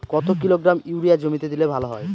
কত kilogram urea জমিতে দিলে ভালো হয়?